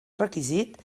requisit